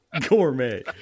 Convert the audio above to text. Gourmet